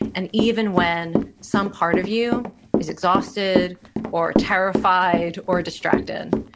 and even when some part of you is exhausted or terrified or distracted?